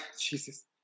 Jesus